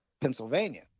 Pennsylvania